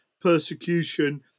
persecution